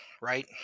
right